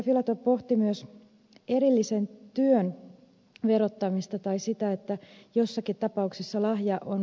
filatov pohti myös erillisen työn verottamista tai sitä että joissakin tapauksissa lahja on